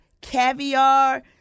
caviar